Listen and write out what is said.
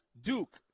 Duke